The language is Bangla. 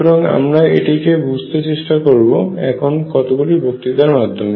সুতরাং আমরা এটিকে বুঝতে চেষ্টা করব এখানে কতগুলি বক্তৃতার মাধ্যমে